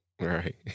Right